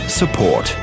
support